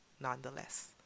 nonetheless